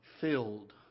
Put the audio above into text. filled